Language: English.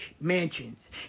mansions